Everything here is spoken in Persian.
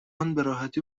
راحتی